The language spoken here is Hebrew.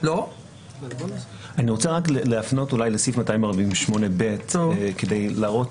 אני רוצה להפנות לסעיף 248(ב) כדי להראות